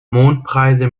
mondpreise